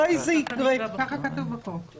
מתי זה יקרה --- הפעימה השלישית?